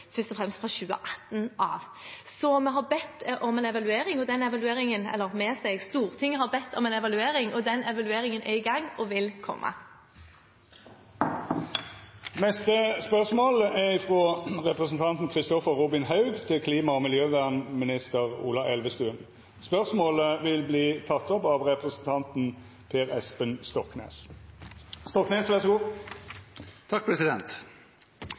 først og fremst fra 2018 av. Så Stortinget har bedt om en evaluering, og den evalueringen er i gang og vil komme. Me går tilbake til spørsmål 18. Dette spørsmålet, frå representanten Kristoffer Robin Haug til klima- og miljøvernministeren, vil verta teke opp av representanten Per Espen Stoknes.